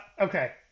Okay